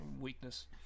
weakness